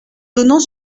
donnant